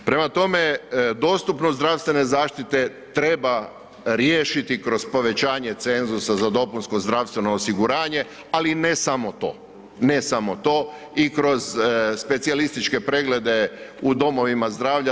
Prema tome, dostupnost zdravstvene zaštite treba riješiti kroz povećanje cenzusa za dopunsko zdravstveno osiguranje, ali ne samo to, ne samo to i kroz specijalističke preglede u domovima zdravlja.